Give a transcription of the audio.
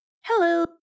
hello